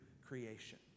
creation